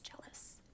jealous